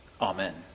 Amen